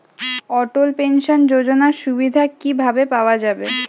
অটল pension যোজনার সুবিধা কি ভাবে পাওয়া যাবে?